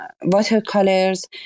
watercolors